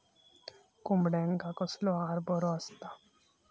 कोंबड्यांका कसलो आहार बरो असता?